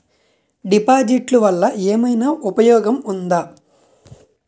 డిపాజిట్లు వల్ల ఏమైనా ఉపయోగం ఉందా?